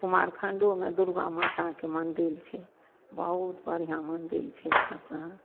कुमारखण्डोमे दुरगा माताके मन्दिर छै बहुत बढ़िआँ मन्दिर छै तखन